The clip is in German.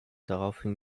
daraufhin